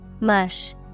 Mush